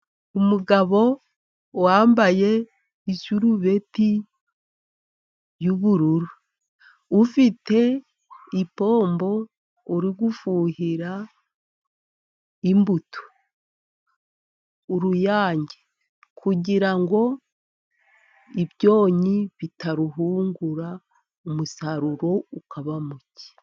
Umugabo wambaye isurubeti y'ubururu ,ufite ipombo uri gufuhira imbuto, uruyange kugira ngo ibyonnyi bitaruhungura, umusaruro ukaba muke.